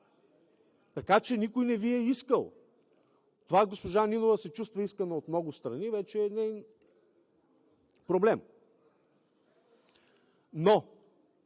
Така че никой не Ви е искал. Това, че госпожа Нинова се чувства искана от много страни, вече е неин проблем. (Шум